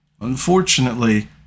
Unfortunately